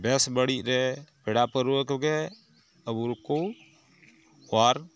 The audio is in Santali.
ᱵᱮᱥ ᱵᱟᱹᱲᱤᱡᱨᱮ ᱯᱮᱲᱟ ᱯᱟᱹᱨᱣᱟᱹ ᱠᱚᱜᱮ ᱟᱵᱚᱠᱚ ᱚᱣᱟᱨ